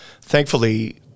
thankfully